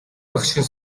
багшийн